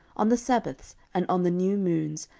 on the sabbaths, and on the new moons,